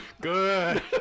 Good